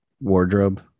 wardrobe